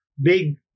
big